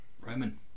Roman